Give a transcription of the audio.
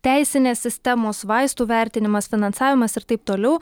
teisinės sistemos vaistų vertinimas finansavimas ir taip toliau